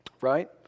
Right